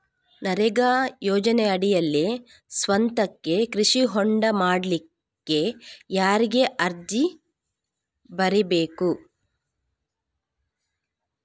ನರೇಗಾ ಯೋಜನೆಯಡಿಯಲ್ಲಿ ಸ್ವಂತಕ್ಕೆ ಕೃಷಿ ಹೊಂಡ ಮಾಡ್ಲಿಕ್ಕೆ ಯಾರಿಗೆ ಅರ್ಜಿ ಬರಿಬೇಕು?